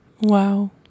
Wow